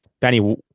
Benny